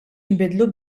jinbidlu